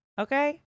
Okay